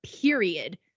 period